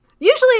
Usually